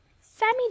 Sammy